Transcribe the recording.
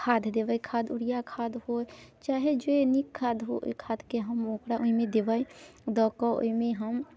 खाद देबै खाद यूरिया खाद होइ चाहे जे नीक खाद होइ ओहि खादके हम ओकरा ओहिमे देबै दऽकऽ ओहिमे हम